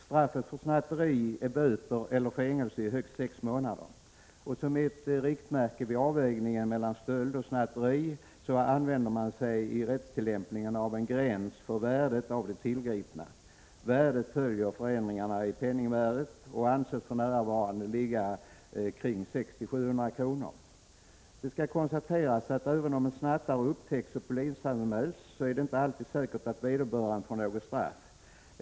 Straffet för snatteri är böter eller fängelse i högst sex månader. Som ett riktmärke vid avvägningen mellan stöld och snatteri använder man sig vid rättstillämpningen av en gräns för värdet av det tillgripna. Värdet följer förändringarna i penningvärdet och anses för närvarande ligga omkring 600-700 kr. Det skall konstateras, att även om en snattare upptäcks och polisanmäls, är det inte alltid säkert att vederbörande får något straff.